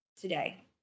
today